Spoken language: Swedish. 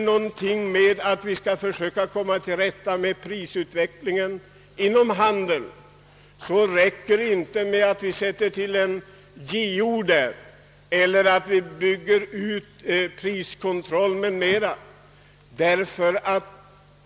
Om vi skall komma till rätta med prisutvecklingen inom handeln, så räcker det inte med att sätta till en JO där eller att bygga ut priskontrollen.